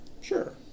Sure